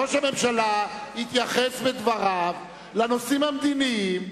ראש הממשלה התייחס בדבריו לנושאים המדיניים